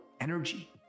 energy